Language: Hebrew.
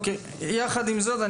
יחד עם זאת,